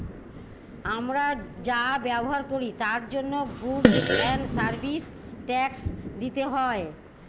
আমরা যা ব্যবহার করি তার জন্য গুডস এন্ড সার্ভিস ট্যাক্স দিতে হয়